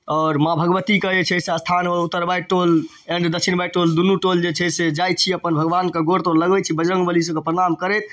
आओर माँ भगवतीके जे छै से अस्थान ओ उतरबारि टोल अएने दछिणबारि टोल दुनू टोल जे छै से जाए छी अपन भगवानके गोर तोर लगबै छी बजरङ्गबली सबके प्रणाम करैत